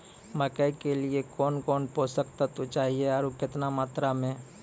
मकई के लिए कौन कौन पोसक तत्व चाहिए आरु केतना मात्रा मे?